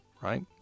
right